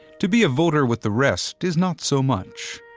to be a voter with the rest is not so much.